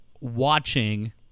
watching